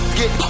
get